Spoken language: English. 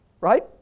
right